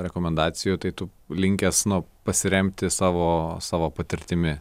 rekomendacijų tai tu linkęs nu pasiremti savo savo patirtimi